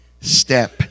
step